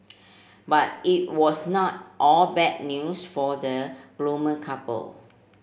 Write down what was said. but it was not all bad news for the couple